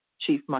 chief